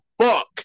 fuck